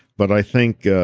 but i think